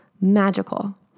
magical